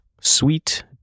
sweet